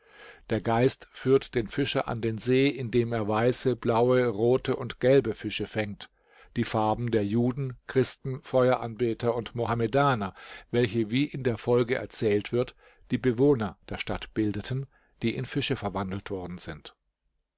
der geist führt den fischer an den see in dem er weiße blaue rote und gelbe fische fängt die farben der juden christen feueranbeter und mohammedaner welche wie in der folge erzählt wird die bewohner der stadt bildeten die in fische verwandelt worden sind